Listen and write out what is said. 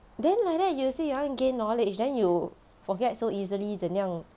then like that you say want gain knowledge then you forget so easily 怎样